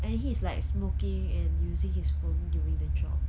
and he is like smoking and using his phone during the job